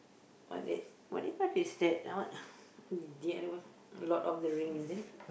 what that what is that ah the other one the Lord-of-the-Rings is that